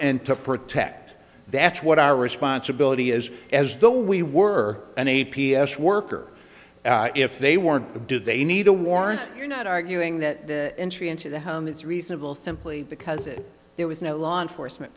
and to protect that's what our responsibility is as though we were an a p s worker if they weren't but do they need a warrant you're not arguing that the entry into the home is reasonable simply because it there was no law enforcement